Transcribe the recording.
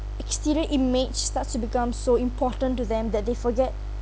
exterior image start to become so important to them that they forget